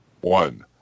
One